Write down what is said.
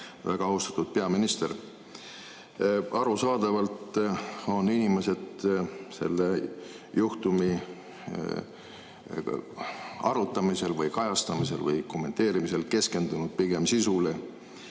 Väga austatud peaminister! Arusaadavalt on inimesed selle juhtumi arutamisel või kajastamisel või kommenteerimisel keskendunud pigem sisule